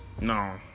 No